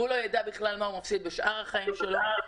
והוא לא ידע בכלל מה הוא מפסיד בשאר החיים שלו.